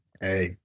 hey